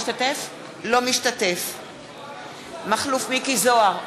אינו משתתף בהצבעה מכלוף מיקי זוהר,